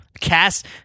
Cast